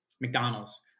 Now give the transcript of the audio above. McDonald's